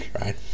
right